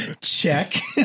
Check